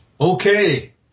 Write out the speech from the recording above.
Okay